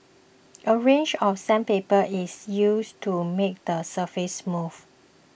a range of sandpaper is used to make the surface smooth